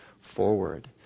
forward